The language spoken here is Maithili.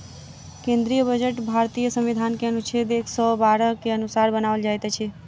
केंद्रीय बजट भारतीय संविधान के अनुच्छेद एक सौ बारह के अनुसार बनाओल जाइत अछि